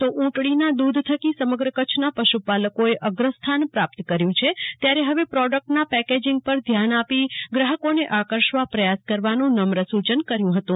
તો ઊંટણીના દૂધ થકી સમગ્ર કચ્છના પશુપાલકોએ અગ્રસ્થાન પ્રાપ્ત કર્યું છે ત્યારે હવે પ્રોડક્ટના પેકેજીંગ પર ધ્યાન આપી ગ્રાહકોને આકર્ષવા પ્રયાસ કરવાનું નમ્ર સુચન કર્યું હતું